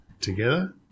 together